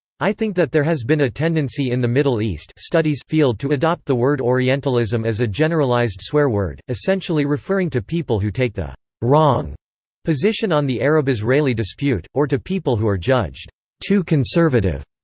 i think that there has been a tendency in the middle east field to adopt the word orientalism as a generalized swear-word, essentially referring to people who take the wrong position on the arab-israeli dispute, or to people who are judged too conservative.